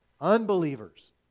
Unbelievers